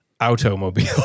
automobile